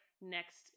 next